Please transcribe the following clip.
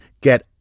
Get